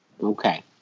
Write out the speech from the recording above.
okay